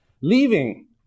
Leaving